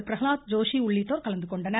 பிரகலாத் ஜோஷி உள்ளிட்டோர் கலந்துகொண்டனர்